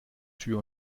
tür